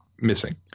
missing